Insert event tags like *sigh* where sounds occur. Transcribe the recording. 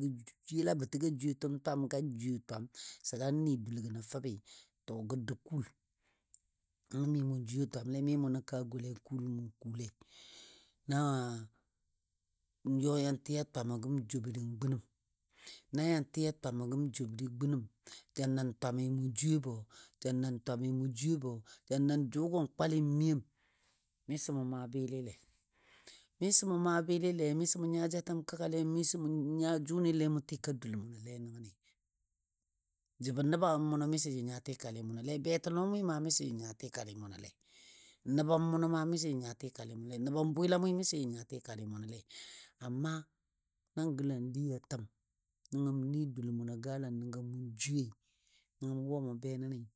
*hesitation* yəlabo təgɔ jwetəm twam ga jwiye twam sə ga nɨ dulgaəno fəbɨ to gə dou kuul, nəngɔ mi mou jwiye twamle mi mou nə kaa gɔla kuul mou kuulei. Nan n yo yan tɨ a twamo gəm jobər n gunəm. Na yan tɨ a twamo gəm jobər gunəm, ja nən twami mou jwiyebo ja nən twami mou jwiyebo. Ja nən jʊ gən kwali n miyem miso mou maa bɨlɨle. Miso mou maa bɨlɨle, miso mou nya jatəm kəgale, miso mou nya jʊnɨ le mou tika dul mʊno nəngəni. Jəbɔ nəbam mʊnɔ miso jə nya tikali mʊnɔ, betɔlomoi ma miso jə nya tikali mʊnole, nəbam mʊnɔ ma miso jə nya tikali mʊnɔle, nəbam bwɨlamo miso jə nya tikali mʊnɔle amma nan gəlan lii a təm, nəngɔ mou ni dul mʊnɔ galan nəngɔ mou jwiye, nəngɔ mou wo mou be nəni.